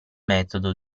metodo